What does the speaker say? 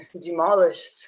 demolished